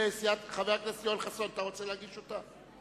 חבר הכנסת יואל חסון, אתה רוצה להגיש אותה?